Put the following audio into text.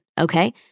Okay